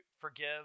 forgive